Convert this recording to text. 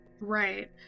right